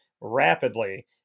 rapidly